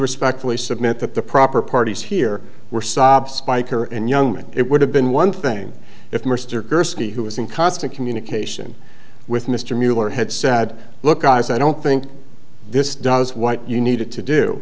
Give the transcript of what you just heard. respectfully submit that the proper parties here were sob spiker and young men it would have been one thing if mr gursky who was in constant communication with mr mueller had said look guys i don't think this does what you needed to do